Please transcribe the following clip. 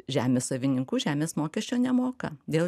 žemės savininkų žemės mokesčio nemoka dėl